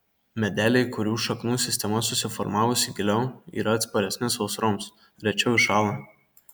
medeliai kurių šaknų sistema susiformavusi giliau yra atsparesni sausroms rečiau iššąla